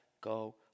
go